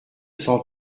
cent